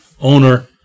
owner